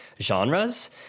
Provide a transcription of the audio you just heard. genres